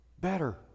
better